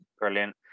Brilliant